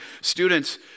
Students